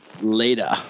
later